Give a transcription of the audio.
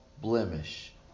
blemish